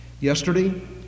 yesterday